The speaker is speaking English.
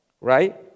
right